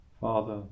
Father